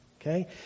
Okay